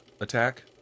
attack